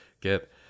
get